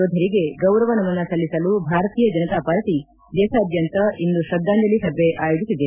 ಯೋಧರಿಗೆ ಗೌರವ ನಮನ ಸಲ್ಲಿಸಲು ಭಾರತೀಯ ಜನತಾಪಾರ್ಟಿ ದೇಶದಾದ್ಯಂತ ಇಂದು ಶ್ರದ್ದಾಂಜಲಿ ಸಭೆ ಆಯೋಜಿಸಿದೆ